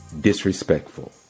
disrespectful